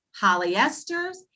polyesters